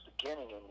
beginning